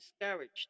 discouraged